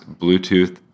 Bluetooth